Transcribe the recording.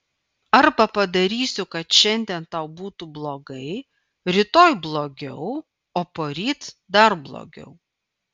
arba padarysiu kad šiandien tau būtų blogai rytoj blogiau o poryt dar blogiau